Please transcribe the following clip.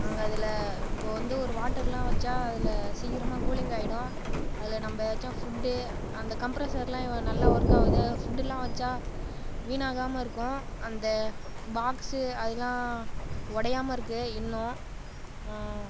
நாங்கள் அதில் இப்போது வந்து ஒரு வாட்டர்லா வெச்சால் அதில் சீக்கரமாக கூலிங் ஆயிடும் அதில் நம்ம ஏதாச்சும் ஃபுட்டு அந்த கம்ப்ரஷர்லா ஈவன் நல்லா ஒர்க் ஆகுது ஃபுட்டுலாம் வெச்சால் வீணாகாமாருக்கும் அந்த பாக்ஸு அதுலாம் உடையாமருக்கு இன்னும்